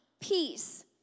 peace